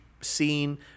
scene